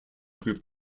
group